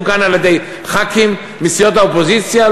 כאן על-ידי חברי כנסת מסיעות האופוזיציה?